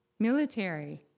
Military